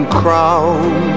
crown